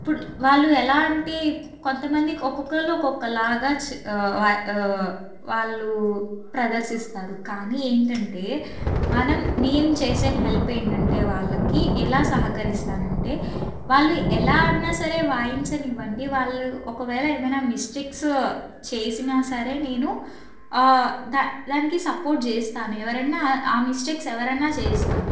ఇప్పుడు వాళ్ళు ఎలాంటి కొంతమంది ఒక్కొక్కరు ఒక్కొక్కలాగా వాళ్ళు ప్రదర్శిస్తారు కానీ ఏంటంటే మనం నేను చేసే హెల్ప్ ఏంటంటే వాళ్ళకి ఎలా సహకరిస్తానంటే వాళ్ళు ఎలా అన్నా సరే వాయించనివ్వండి వాళ్ళు ఒకవేళ ఏమైనా మిస్టేక్స్ చేసినా సరే నేను దా దానికి సపోర్ట్ చేస్తాను ఎవరైనా ఆ మిస్టేక్స్ ఎవరన్నా చేస్తారు